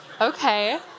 Okay